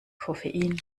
koffein